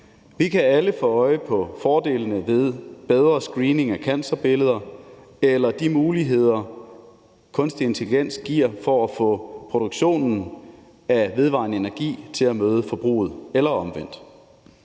Vi kan alle få øje på fordelene ved bedre screening af cancerbilleder eller de muligheder, som kunstig intelligens giver i forhold til at få produktionen af vedvarende energi til at møde forbruget eller omvendt.